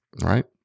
right